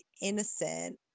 innocent